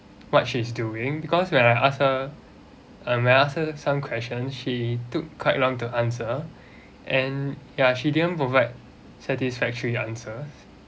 what she is doing because when I ask her uh when I ask her some question she took quite long to answer and ya she didn't provide satisfactory answer